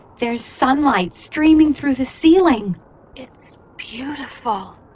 there's sunlight streaming through the ceiling it's beautiful,